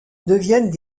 deviennent